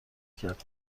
کرد